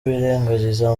birengagiza